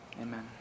amen